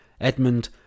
Edmund